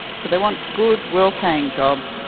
so they want good, well paying jobs,